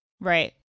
Right